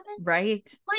right